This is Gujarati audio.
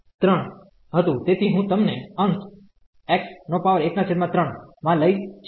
તેથી હું તમને અંશ x13 માં લઈ જઈશ